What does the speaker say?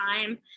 time